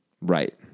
Right